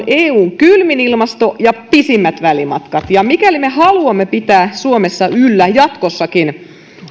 eun kylmin ilmasto ja pisimmät välimatkat ja mikäli me haluamme pitää suomessa yllä jatkossakin